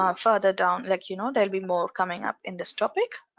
um further down like you know there'll be more coming up in this topic.